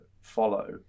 follow